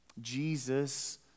Jesus